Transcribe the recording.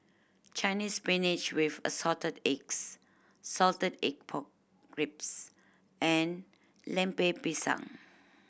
Chinese Spinach with Assorted Eggs salted egg pork ribs and Lemper Pisang